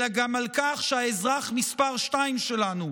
אלא גם על כך שהאזרח מס' שתיים שלנו,